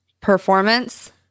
Performance